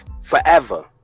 Forever